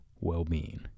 well-being